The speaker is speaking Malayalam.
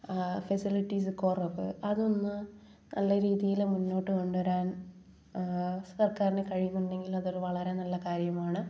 ഫെസിലിറ്റീസ് കുറവ് അതൊന്ന് നല്ല രീതിയിൽ മുന്നോട്ട് കൊണ്ട് വരാൻ സർക്കാരിന് കഴിയുന്നുണ്ടെങ്കിൽ അത് വളരെ നല്ല കാര്യമാണ്